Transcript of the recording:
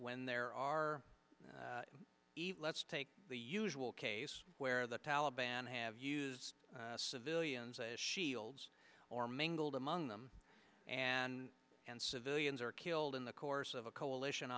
when there are let's take the usual case where the alabam have use civilians as shields or mingled among them and and civilians are killed in the course of a coalition